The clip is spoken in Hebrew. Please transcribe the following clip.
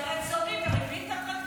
זה רצוני, בריבית אטרקטיבית.